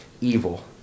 evil